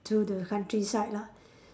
to the countryside lah